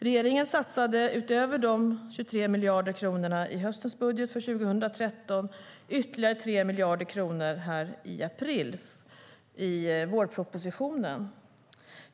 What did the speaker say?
Regeringen satsade utöver de 23 miljarder kronorna i höstens budget för 2013 ytterligare 3 miljarder kronor i vårpropositionen i april.